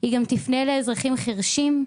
היא תפנה גם לאזרחים החירשים,